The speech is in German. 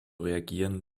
reagieren